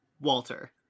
walter